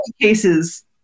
cases